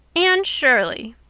anne shirley!